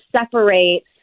separate